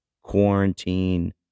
quarantine